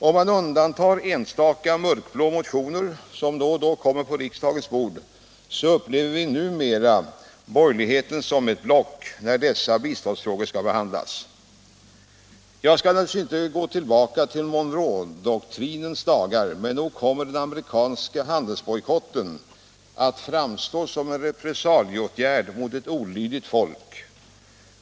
Om man undantar enstaka mörkblå motioner som då och då kommer på riksdagens bord, upplever vi numera borgerligheten som ett block när dessa biståndsfrågor skall behandlas. Jag skall naturligtvis inte gå tillbaka till Monroe-doktrinens dagar, men nog kommer den amerikanska handelsbojkotten att framstå som en rcpressalieåtgärd mot ett olydigt folk.